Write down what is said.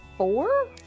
Four